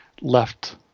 left